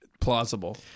Plausible